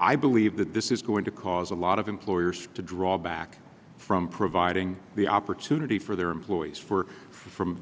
i believe that this is going to cause a lot of employers to draw back from providing the opportunity for their employees for from